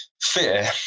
fear